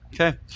Okay